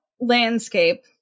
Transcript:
landscape